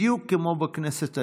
בדיוק כמו בכנסת העשרים,